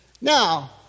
Now